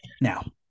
now